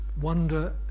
wonder